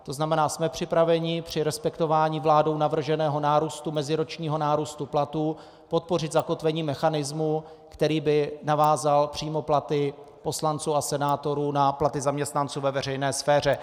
To znamená, jsme připraveni při respektování vládou navrženého meziročního nárůstu platů podpořit zakotvení mechanismu, který by navázal přímo platy poslanců a senátorů na platy zaměstnanců ve veřejné sféře.